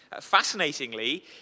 Fascinatingly